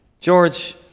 George